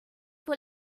wohl